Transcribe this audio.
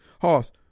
Hoss